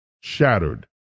shattered